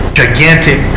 gigantic